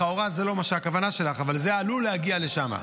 לכאורה זו לא הכוונה שלך, אבל זה עלול להגיע לשם.